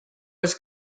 was